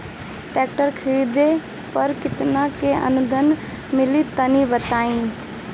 Tractor खरीदे पर कितना के अनुदान मिली तनि बताई?